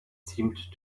seemed